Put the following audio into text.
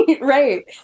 right